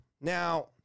Now